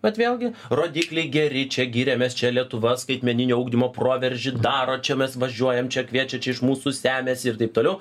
vat vėlgi rodikliai geri čia giriamės čia lietuva skaitmeninio ugdymo proveržį daro čia mes važiuojam čia kviečia čia iš mūsų semiasi ir taip toliau